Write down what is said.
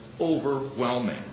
overwhelming